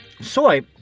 Soy